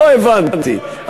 לא הבנתי,